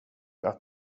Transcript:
att